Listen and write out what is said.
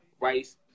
rice